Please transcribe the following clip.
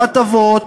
לא הטבות,